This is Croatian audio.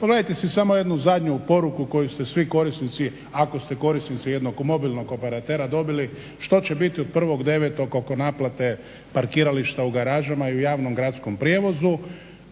Pogledajte si samo jednu zadnju poruku koju su svi korisnici ako ste korisnici jednog mobilnog operatera dobili, što će biti od 1.09. oko naplate parkirališta u garažama i u javnom gradskom prijevozu.